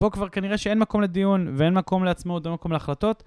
פה כבר כנראה שאין מקום לדיון ואין מקום לעצמאות ואין מקום להחלטות